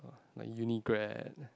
like uni grad